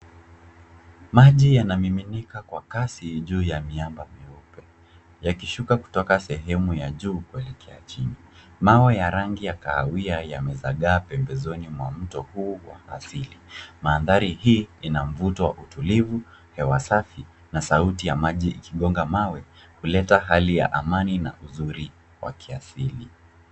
Maji yanamiminika kwa kasi juu ya miamba mieupe yakishuka kutoka sehemu ya juu kuelekea chini. Mawe ya rangi ya kahawia yamezagaa pembezoni mwa mto huu asili. Mandhari hii ina mvuto wa utulivu, hewa safi na sauti ya maji ikigonga mawe, kuleta hali ya amani na uzuri wa kiasili.